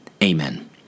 Amen